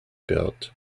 built